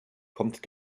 kommt